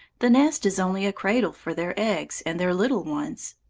the nest is only a cradle for their eggs and their little ones.